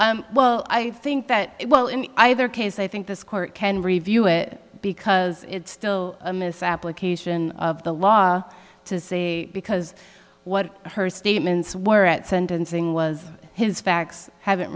reference well i think that well in either case i think this court can review it because it's still a misapplication of the law to say because what her statements were at sentencing was his facts haven't